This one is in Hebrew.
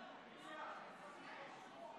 49. אני קובע כי סעיף 1,